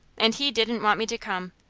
and he didn't want me to come.